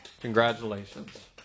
Congratulations